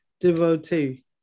devotee